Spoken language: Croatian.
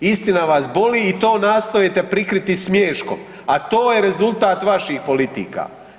Istina vas boli i to nastojite prikriti smiješkom a to je rezultat vaših politika.